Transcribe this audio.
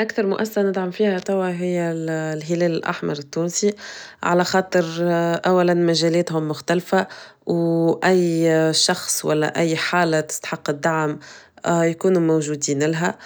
أكثر مؤسسة ندعم فيها توا هي الهلال الأحمر التونسي على خاطر أولا مجالاتهم مختلفة وأي شخص ولا أي حالة تستحق الدعم يكونوا موجودين لها